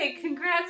congrats